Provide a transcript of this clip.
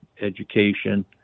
education